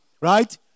Right